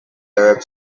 arab